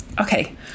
Okay